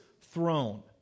throne